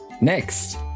next